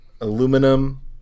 aluminum